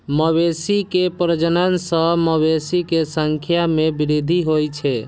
मवेशी के प्रजनन सं मवेशी के संख्या मे वृद्धि होइ छै